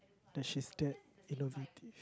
d~ she's that innovative